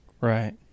Right